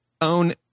own